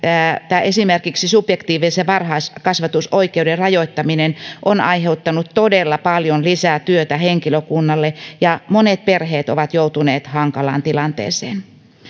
että esimerkiksi subjektiivisen varhaiskasvatusoikeuden rajoittaminen on aiheuttanut todella paljon lisää työtä henkilökunnalle ja monet perheet ovat joutuneet hankalaan tilanteeseen